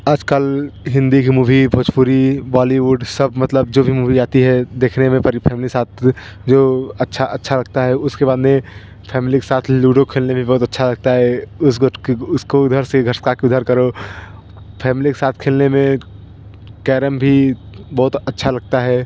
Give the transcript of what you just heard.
आज कल हिन्दी की मुभी भोजपुरी बौलीवुड सब मतलब जो भी मुभी आती है देखने में बड़ी फैम्ली के साथ जो अच्छा अच्छा लगता है उसके बाद में फ़ैम्ली के साथ लूडो खेलने में बहुत अच्छा लगता है उसको उसको उधर से घसका के उधर करो फ़ैम्ली के साथ खेलने में कैरम भी बहुत अच्छा लगता है